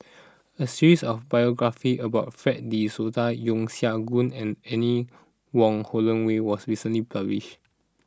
a series of biographies about Fred De Souza Yeo Siak Goon and Anne Wong Holloway was recently published